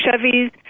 Chevys